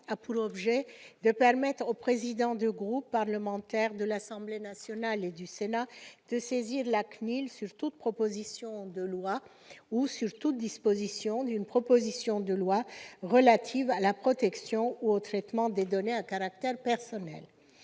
a pour objet de permettre aux présidents de groupe parlementaire de l'Assemblée nationale et du Sénat de saisir la CNIL sur toute proposition de loi ou sur toute disposition d'une proposition de loi relative à la protection ou au traitement des données à caractère personnel.